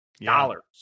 dollars